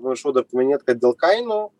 pamiršau dar paminėt kad dėl kainų